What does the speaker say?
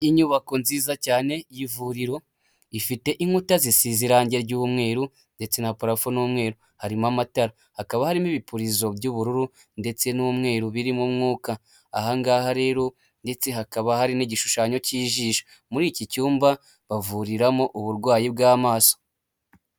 Inyubako nziza cyane y'ivuriro, ifite inkuta zisize irangi ry'umweru ndetse na parafo ni umweru. Harimo amatara, hakaba harimo ibipurizo by'ubururu ndetse n'umweru birimo umwuka. Aha ngaha rero ndetse hakaba hari n'igishushanyo cy'ijisho. Muri iki cyumba bavuriramo uburwayi bw'amaso.